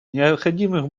необходимых